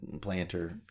planter